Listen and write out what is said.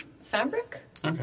fabric